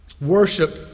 Worship